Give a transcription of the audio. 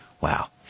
Wow